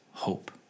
Hope